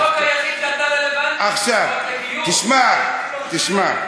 זה החוק היחיד שאתה רלוונטי, תשמע, תשמע,